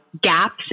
gaps